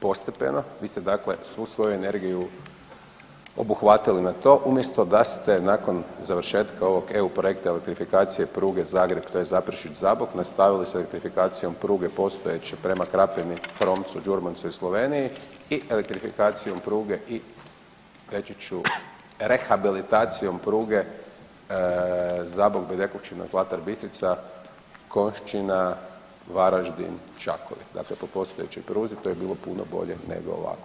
postepeno, vi ste dakle svu svoju energiju obuhvatili na to umjesto da ste nakon završetka ovog EU projekta elektrifikacije pruge Zagreb tj. Zaprešić – Zabok nastavili s elektrifikacijom pruge postojeće prema Krapini – Hromcu – Đurmancu i Sloveniji i elektrifikacijom pruge i reći ću rehabilitacijom pruge Zabok – Bedekovčina – Zlatar Bistrica – Konjšćina – Varaždin – Čakovec, dakle po postojećoj pruzi to bi bilo puno bolje nego ovako.